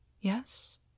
yes